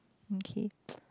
okay